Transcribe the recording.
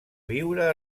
viure